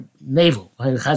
navel